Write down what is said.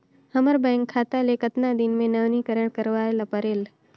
हमर बैंक खाता ले कतना दिन मे नवीनीकरण करवाय ला परेल?